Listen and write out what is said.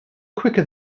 quicker